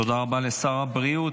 תודה רבה לשר הבריאות.